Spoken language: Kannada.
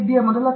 D